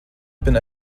been